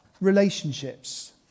relationships